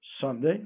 Sunday